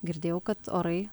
girdėjau kad orai